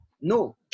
No